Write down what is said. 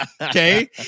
Okay